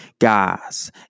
Guys